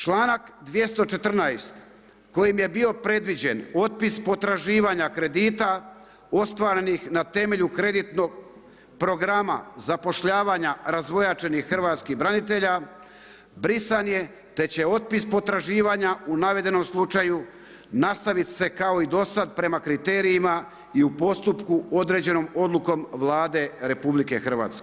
Članak 214. kojim je bio predviđen otpis potraživanja kredita ostvarenih na temelju kreditnog programa zapošljavanja razvojačenih hrvatskih branitelja, brisan je te će otpis potraživanja u navedenom slučaju nastaviti se kao i do sada prema kriterijima i u postupku određenom odlukom Vlade RH.